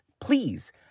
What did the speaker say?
please